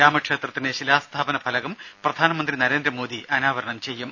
രാമക്ഷേത്രത്തിന് ശിലാസ്ഥാപനം നിർവഹിച്ച് ഫലകം പ്രധാനമന്ത്രി നരേന്ദ്രമോദി അനാവരണം ചെയ്യും